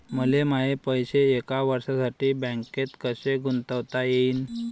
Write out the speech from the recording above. मले माये पैसे एक वर्षासाठी बँकेत कसे गुंतवता येईन?